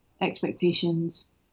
expectations